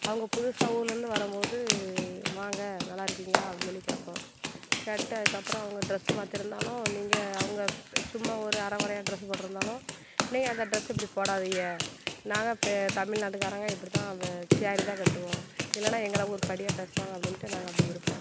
அவங்க புதுசாக ஊரிலேருந்து வரும் போது வாங்க நல்லா இருக்கீங்களா அப்படின்னு சொல்லி கேட்போம் கேட்டதுக்கு அப்புறோம் அவங்க ட்ரெஸ்ஸு மாற்றிருந்தாலும் நீங்கள் அவங்க சும்மா ஒரு அரை குறையா ட்ரெஸ்ஸு போட்டுருந்தாலும் நீங்கள் அந்த ட்ரெஸ் இப்படி போடாதீங்க நாங்கள் இப்போ தமிழ்நாட்டுக்காரங்க இப்படி தான் வே சேரீ தான் கட்டுவோம் இல்லைன்னா எங்களை ஊர்ப்படியாக பேசுவாங்க அப்படின்ட்டு நாங்கள் அப்படி இருப்போம்